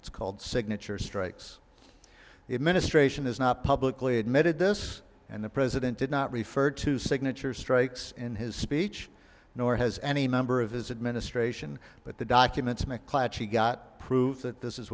it's called signature strikes the administration has not publicly admitted this and the president did not refer to signature strikes in his speech nor has any member of his administration but the documents mcclatchy got prove that this is